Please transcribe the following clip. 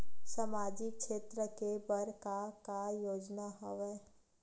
सामाजिक क्षेत्र के बर का का योजना हवय?